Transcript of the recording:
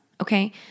Okay